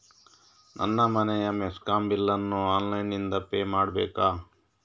ನನ್ನ ಮನೆಯ ಮೆಸ್ಕಾಂ ಬಿಲ್ ಅನ್ನು ಆನ್ಲೈನ್ ಇಂದ ಪೇ ಮಾಡ್ಬೇಕಾ?